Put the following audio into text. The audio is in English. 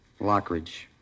Lockridge